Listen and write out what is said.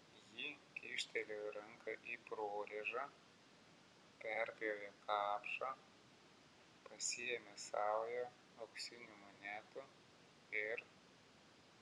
ji kyštelėjo ranką į prorėžą perpjovė kapšą pasėmė saują auksinių monetų ir